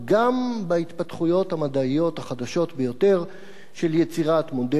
גם בהתפתחויות המדעיות החדשות ביותר של יצירת מודלים